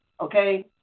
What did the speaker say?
Okay